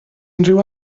unrhyw